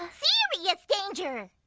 ah serious danger!